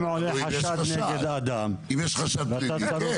אם עולה חשד נגד האדם ואתה צריך ל --- אם יש חשד פלילי כן,